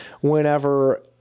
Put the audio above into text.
whenever